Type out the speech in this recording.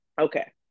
Okay